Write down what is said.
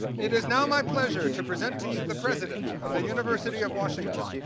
it is now my pleasure to present to you the president of the university of washington,